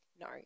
no